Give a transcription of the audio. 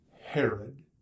Herod